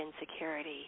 insecurity